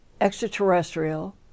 extraterrestrial